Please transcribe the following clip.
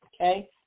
okay